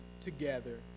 together